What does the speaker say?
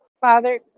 father